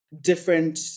different